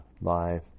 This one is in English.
live